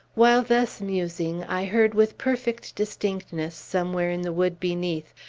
while thus musing, i heard with perfect distinctness, somewhere in the wood beneath,